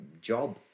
job